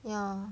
ya